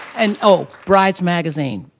and oh brides magazine.